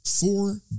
four